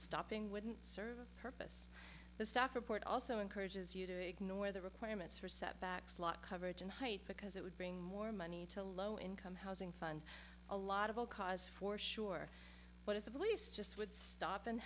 stopping wouldn't serve a purpose the staff report also encourages you to ignore the requirements for setback slot coverage and hype because it would bring more money to low income housing fund a lot of old cars for sure but if the police just would stop and